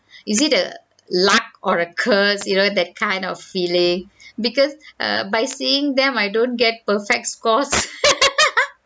is it a luck or a curse you know that kind of feeling because err by seeing them I don't get perfect scores